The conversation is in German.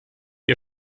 ihr